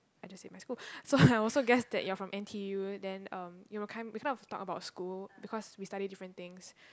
I just said my school so I also guess that you're from N_T_U then um you know can we kind of talk about school because we study different things